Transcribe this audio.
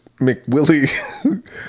McWilly